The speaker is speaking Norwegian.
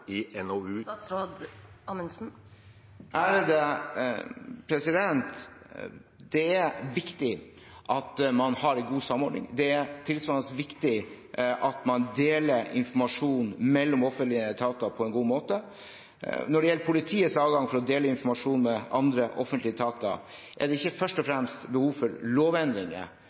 i NOU-en? Det er viktig at man har en god samordning. Det er tilsvarende viktig at man deler informasjon mellom offentlige etater på en god måte. Når det gjelder politiets adgang til å dele informasjon med andre offentlige etater, er det ikke først og fremst behov for lovendringer.